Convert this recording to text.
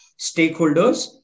stakeholders